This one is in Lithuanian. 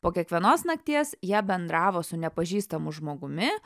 po kiekvienos nakties jie bendravo su nepažįstamu žmogumi